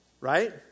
right